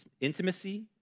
intimacy